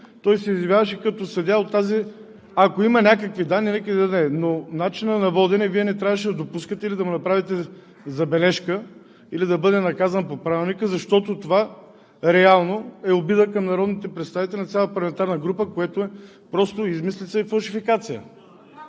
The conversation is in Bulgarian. Той се изявяваше като съдия от тази… Ако има някакви данни, нека ги даде, но по начина на водене Вие не трябваше да допускате – или да му направите забележка, или да бъде наказан по Правилника, защото това реално е обида към народните представители на цяла парламентарна група, което е просто измислица и фалшификация.